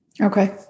Okay